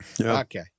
Okay